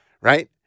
right